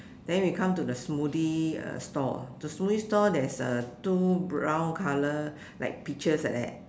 then we come to the smoothie store the smoothie store there's a two brown colour like peaches like that